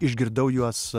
išgirdau juos